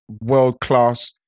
world-class